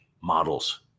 models